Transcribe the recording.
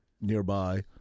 nearby